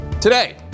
Today